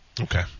Okay